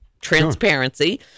transparency